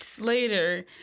later